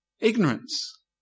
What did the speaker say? Ignorance